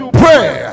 pray